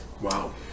Wow